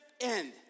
end